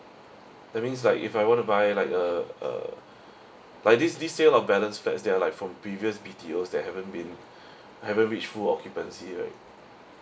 that means like if I want to buy like a a like this this sale of balance flat they are like from previous B_T_Os that haven't been haven't reach full occupancy right